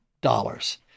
dollars